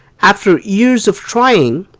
after years of trying,